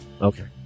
Okay